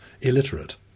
illiterate